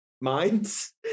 minds